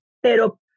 pero